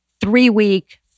three-week